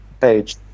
page